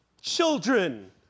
Children